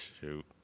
shoot